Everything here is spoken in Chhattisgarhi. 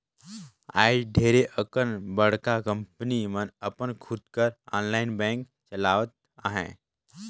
आएज ढेरे अकन बड़का कंपनी मन अपन खुद कर आनलाईन बेंक चलावत अहें